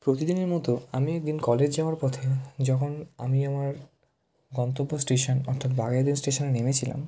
প্রতিদিনের মতো আমি একদিন কলেজ যাওয়ার পথে যখন আমি আমার গন্তব্য স্টেশন অর্থাৎ বাঘাযতীন স্টেশনে নেমেছিলাম